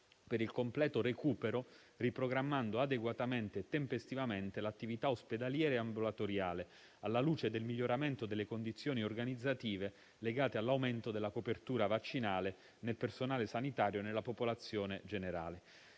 per il completo recupero, riprogrammando adeguatamente e tempestivamente l'attività ospedaliera e ambulatoriale, alla luce del miglioramento delle condizioni organizzative legate all'aumento della copertura vaccinale nel personale sanitario e nella popolazione generale.